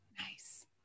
Nice